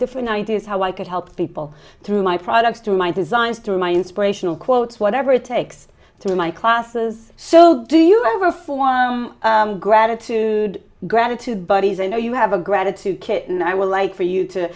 different ideas how i could help people through my products through my designs through my inspirational quotes whatever it takes to my classes so do you ever feel one gratitude gratitude buddies i know you have a gratitude kit and i would like for you to